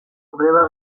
greba